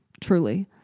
truly